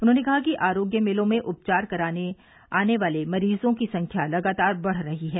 उन्होंने कहा कि आरोग्य मेलों में उपचार कराने आने वाले मरीजो की संख्या लगातार बढ़ रही है